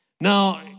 Now